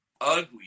ugly